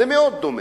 זה מאוד דומה,